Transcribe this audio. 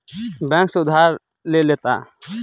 bank से उधार ले लेता